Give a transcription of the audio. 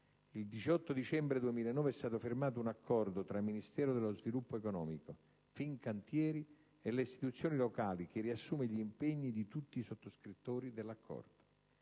il 18 dicembre 2009 è stato firmato un accordo tra Ministero dello sviluppo economico, Fincantieri e le istituzioni locali, che riassume gli impegni di tutti i sottoscrittori dell'accordo.